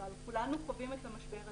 אבל כולנו חווים את המשבר הזה,